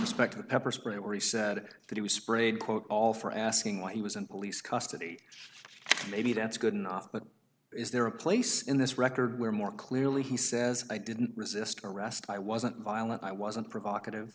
respect to the pepper spray or he said that he sprayed quote all for asking why he was in police custody maybe that's good enough but is there a place in this record where more clearly he says i didn't resist arrest i wasn't violent i wasn't provocative